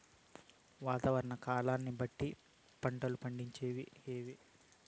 వాతావరణ కాలాన్ని బట్టి పండించే పంటలు ఏవి?